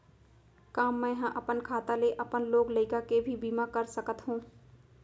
का मैं ह अपन खाता ले अपन लोग लइका के भी बीमा कर सकत हो